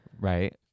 Right